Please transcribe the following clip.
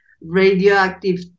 radioactive